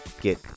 get